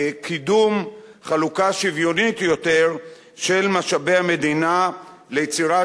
קידום חלוקה שוויונית יותר של משאבי המדינה ליצירת